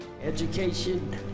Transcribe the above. Education